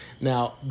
Now